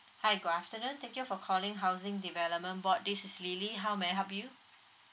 hi good afternoon thank you for calling housing development board this is lily how may I help you